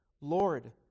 Lord